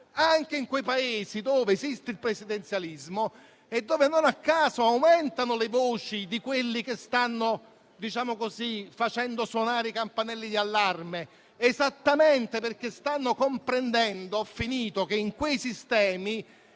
anche in quei Paesi dove esiste il presidenzialismo e dove, non a caso, aumentano le voci di quelli che stanno facendo suonare i campanelli d'allarme, esattamente perché stanno comprendendo - ho finito